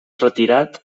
retirat